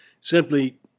Simply